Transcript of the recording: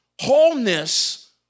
Wholeness